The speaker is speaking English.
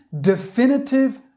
definitive